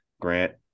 Grant